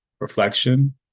reflection